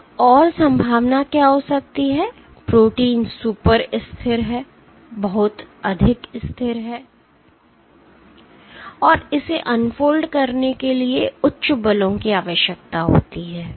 एक और संभावना क्या हो सकती है प्रोटीन सुपर स्थिर है और इसे अनफोल्ड करने के लिए उच्च बलों की आवश्यकता होती है